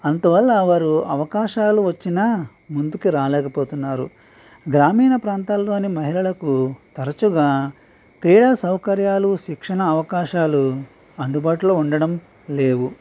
అంతవల్ల వారు అవకాశాలు వచ్చినా ముందుకు రాలేకపోతున్నారు గ్రామీణ ప్రాంతాల్లోని మహిళలకు తరచుగా క్రీడ సౌకర్యాలు శిక్షణ అవకాశాలు అందుబాటులో ఉండడం లేవు